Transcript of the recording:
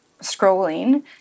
scrolling